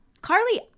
Carly